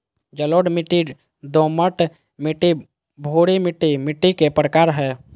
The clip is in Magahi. जलोढ़ मिट्टी, दोमट मिट्टी, भूरी मिट्टी मिट्टी के प्रकार हय